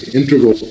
integral